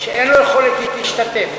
שאין לו יכולת להשתתף,